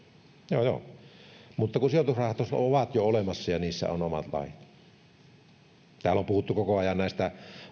joo joo mutta kun sijoitusrahastot ovat jo olemassa ja niissä on omat lait täällä on puhuttu koko ajan näistä